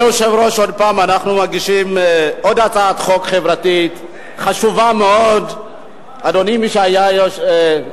ממשיכים ועוברים להצעת חוק מענק מיוחד